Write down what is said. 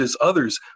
others